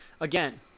Again